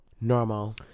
normal